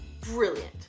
brilliant